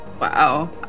Wow